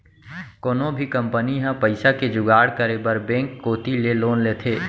कोनो भी कंपनी ह पइसा के जुगाड़ करे बर बेंक कोती ले लोन लेथे